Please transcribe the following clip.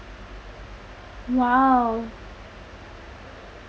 !wow!